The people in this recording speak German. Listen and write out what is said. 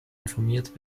informiert